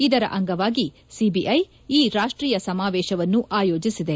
ಇದರ ಅಂಗವಾಗಿ ಸಿಬಿಐ ಈ ರಾಷ್ಟೀಯ ಸಮಾವೇಶವನ್ನು ಆಯೋಜಿಸಿದೆ